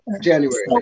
January